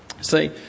See